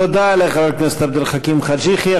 תודה לחבר הכנסת עבד אל חכים חאג' יחיא.